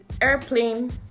airplane